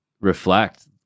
reflect